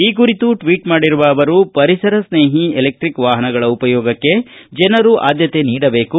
ಈ ಕುರಿತು ಟ್ವೀಟ್ ಮಾಡಿರುವ ಅವರು ಪರಿಸರ ಸ್ನೇಹಿ ಇಲೆಕ್ಟಿಕ್ ವಾಹನಗಳ ಉಪಯೋಗಕ್ಕೆ ಜನರು ಆದ್ದತೆ ನೀಡಬೇಕು